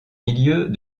milieux